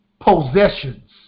possessions